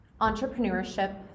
Entrepreneurship